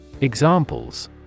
Examples